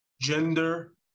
gender